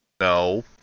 No